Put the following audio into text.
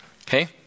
Okay